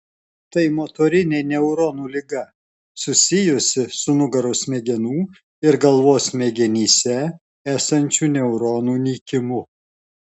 tai motorinė neuronų liga susijusi su nugaros smegenų ir galvos smegenyse esančių neuronų nykimu